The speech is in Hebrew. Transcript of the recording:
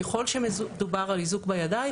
ככל שמדובר על איזוק בידיים,